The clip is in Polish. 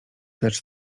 lecz